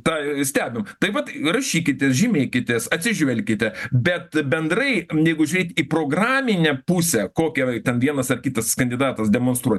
tą stebim taip pat rašykitės žymėkitės atsižvelkite bet bendrai jeigu žiūrėt į programinę pusę kokią ten vienas ar kitas kandidatas demonstruoja